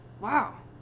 wow